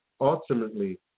ultimately